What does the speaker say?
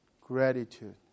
gratitude